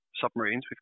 submarines